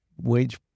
wage